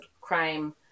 crime